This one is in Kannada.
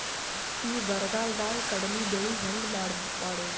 ಈ ಬರಗಾಲದಾಗ ಕಡಲಿ ಬೆಳಿ ಹೆಂಗ ಮಾಡೊದು?